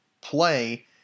play